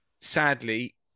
sadly